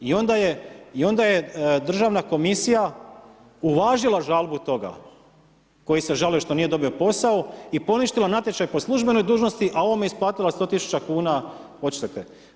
I onda je, i onda je Državna komisija uvažila žalbu toga koji se žalio što nije dobio posao i poništila natječaj po službenoj dužnosti, a ovome isplatila 100.000 kuna odštete.